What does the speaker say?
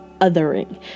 othering